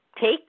take